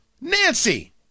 Nancy